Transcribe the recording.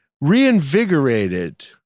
reinvigorated